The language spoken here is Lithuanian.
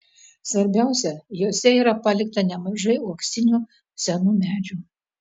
svarbiausia juose yra palikta nemažai uoksinių senų medžių